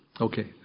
Okay